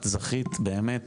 את זכית באמת